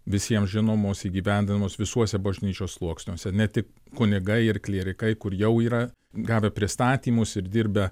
visiem žinomos įgyvendinamos visuose bažnyčios sluoksniuose ne tik kunigai ir klierikai kur jau yra gavę pristatymus ir dirbę